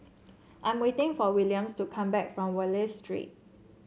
I am waiting for Williams to come back from Wallich Street